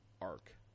arc